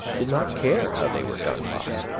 did not care how they were done by,